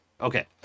okay